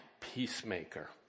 peacemaker